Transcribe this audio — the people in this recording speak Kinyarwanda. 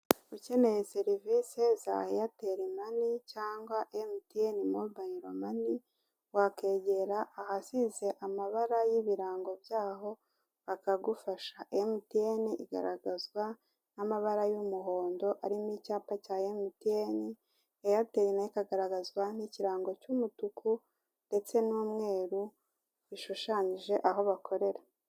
Ukeneye serivise za eyateri mani cyangwa emutiyene mabayiromani wakwegera ahasize amabara y'ibirango byaho bakagufasha, emutiyene igaragazwa n'amabara y'umuhondo arimo icyapa cya emutiyene, eyateri nayo ikagaragazwa n'ikirango cy'umutuku ndetse n'umweru bishushanyije aho bakorera.